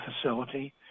facility